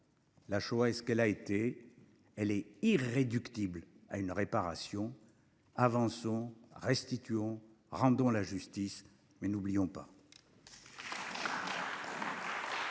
La Shoah et ce qu'elle a été elle est irréductible à une réparation avançons restituant rendons la justice mais n'oublions pas.